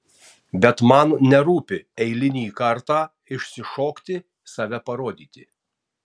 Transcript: bet man nerūpi eilinį kartą išsišokti save parodyti